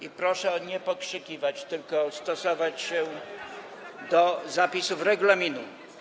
I proszę nie pokrzykiwać, tylko stosować się do zapisów regulaminu.